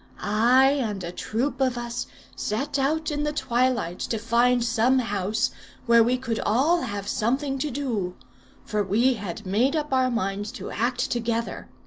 i and a troop of us set out in the twilight to find some house where we could all have something to do for we had made up our minds to act together.